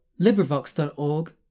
LibriVox.org